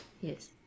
Yes